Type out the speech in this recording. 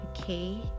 okay